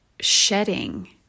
shedding